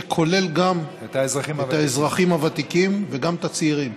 את האזרחים הוותיקים וגם את הצעירים,